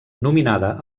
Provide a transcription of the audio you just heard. nominada